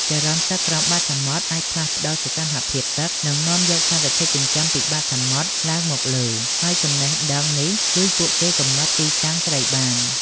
ចរន្តទឹកក្រោមបាតសមុទ្រអាចផ្លាស់ប្តូរសីតុណ្ហភាពទឹក និងនាំយកសារធាតុចិញ្ចឹមពីបាតសមុទ្រឡើងមកលើ ហើយចំណេះដឹងនេះជួយពួកគេកំណត់ទីតាំងត្រីបាន។